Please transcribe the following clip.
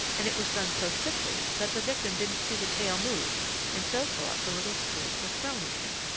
and it was done so quickly that the victim didn't see the tail move and so thought the little spears were thrown at him.